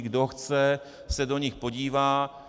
Kdo chce, se do nich podívá.